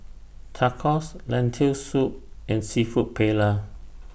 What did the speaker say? Tacos Lentil Soup and Seafood Paella